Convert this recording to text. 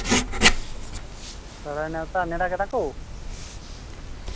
ᱥᱚᱨᱦᱟᱭ ᱱᱮᱶᱛᱟ ᱱᱮᱰᱟ ᱠᱮᱫᱟ ᱠᱩ